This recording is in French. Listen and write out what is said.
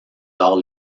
arts